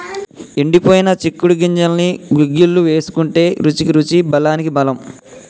ఎండిపోయిన చిక్కుడు గింజల్ని గుగ్గిళ్లు వేసుకుంటే రుచికి రుచి బలానికి బలం